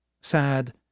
Sad